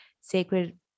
sacred